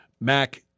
Mac